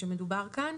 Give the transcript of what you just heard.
שמדובר עליו כאן.